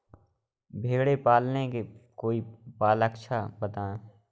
भेड़े पालने से कोई पक्षाला बताएं?